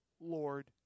Lord